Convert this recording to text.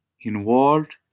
involved